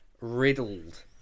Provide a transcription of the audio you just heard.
riddled